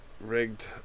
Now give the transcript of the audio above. rigged